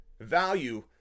value